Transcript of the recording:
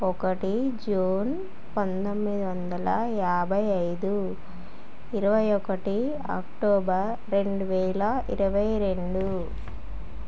ఒకటి జూన్ పంతొమ్మిది వందల యాభై ఐదు ఇరవై ఒకటి అక్టోబర్ రెండు వేల ఇరవై రెండు